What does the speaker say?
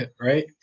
right